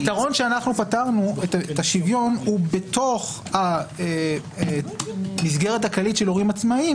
פתרנו את השוויון בתוך המסגרת הכללית של הורים עצמאיים.